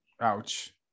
ouch